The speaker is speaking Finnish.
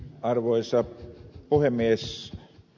arvoisa puhemies